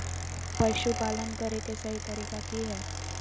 पशुपालन करें के सही तरीका की हय?